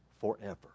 forever